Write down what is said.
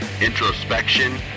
introspection